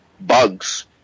bugs